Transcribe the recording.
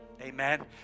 Amen